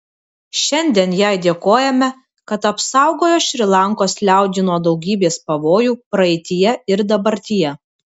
šiandien jai dėkojame kad apsaugojo šri lankos liaudį nuo daugybės pavojų praeityje ir dabartyje